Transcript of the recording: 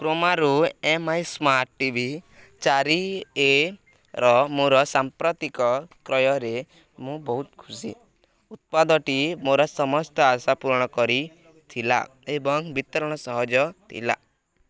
କ୍ରୋମାରୁ M I smart T V ଚାରି ଏ'ର ମୋର ସାମ୍ପ୍ରତିକ କ୍ରୟରେ ମୁଁ ବହୁତ ଖୁସି ଉତ୍ପାଦଟି ମୋର ସମସ୍ତ ଆଶା ପୂରଣ କରିଥିଲା ଏବଂ ବିତରଣ ସହଜ ଥିଲା